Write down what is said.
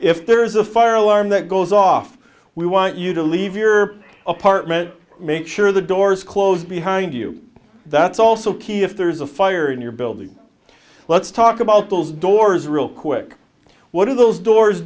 if there is a fire alarm that goes off we want you to leave your apartment make sure the doors close behind you that's also key if there's a fire in your building let's talk about those doors real quick what do those doors